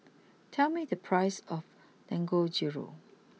tell me the prices of Dangojiru